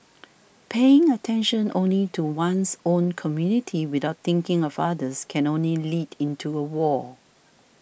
paying attention only to one's own community without thinking of others can only lead into a wall